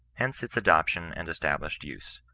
hence its adoption and established use.